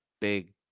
big